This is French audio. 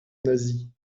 nazie